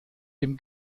dem